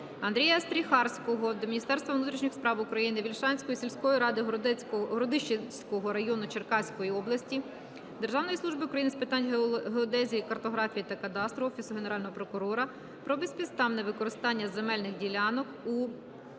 Андрія Стріхарського до Міністерства внутрішніх справ України, Вільшанської сільської ради Городищенського району Черкаської області, Державної служби України з питань геодезії, картографії та кадастру, Офісу Генерального прокурора про безпідставне використання земельних ділянок у